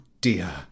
dear